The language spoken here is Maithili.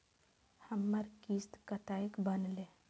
हमर किस्त कतैक बनले?